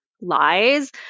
lies